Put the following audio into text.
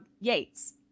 Yates